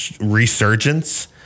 resurgence